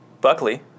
Buckley